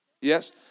Yes